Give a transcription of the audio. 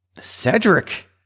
Cedric